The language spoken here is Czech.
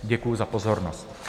Děkuji za pozornost.